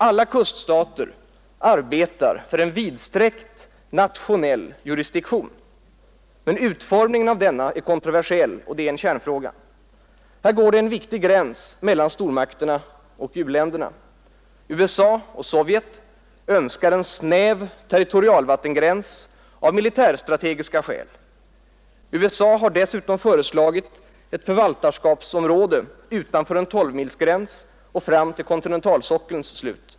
Alla kuststater arbetar för en vidsträckt nationell jurisdiktion. Men utformningen av denna är kontroversiell, och det är en kärnfråga. Här går en viktig gräns mellan stormakterna och u-länderna. USA och Sovjet önskar en snäv territorialvattengräns av militärstrategiska skäl. USA har dessutom föreslagit ett förvaltarskapsområde utanför en 12-milsgräns och fram till kontinentalsockelns slut.